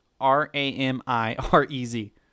R-A-M-I-R-E-Z